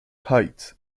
heights